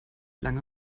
lange